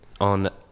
on